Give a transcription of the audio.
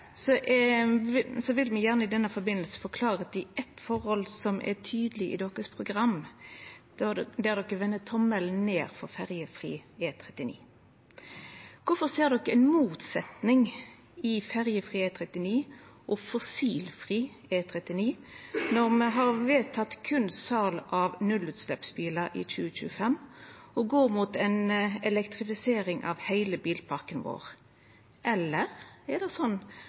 vil me i samband med dette gjerne få klårleik i eitt forhold som er tydeleg i deira program, der dei vender tommelen ned for ferjefri E39. Kvifor ser dei ei motsetjing i ferjefri E39 og fossilfri E39, når me har vedteke berre sal av nullutsleppsbilar i 2025 og går mot ei elektrifisering av heile bilparken vår? Eller er det sånn